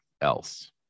else